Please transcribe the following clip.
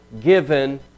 given